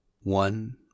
One